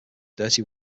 dirty